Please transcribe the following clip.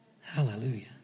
Hallelujah